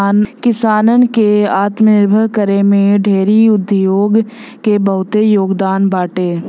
किसानन के आत्मनिर्भर करे में डेयरी उद्योग के बहुते योगदान बाटे